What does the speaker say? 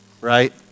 Right